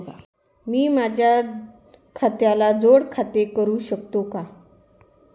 मी माझ्या खात्याला जोड खाते करू शकतो का?